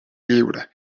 lliure